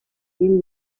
him